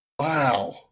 wow